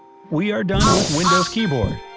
we are done with windows keyboard.